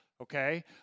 Okay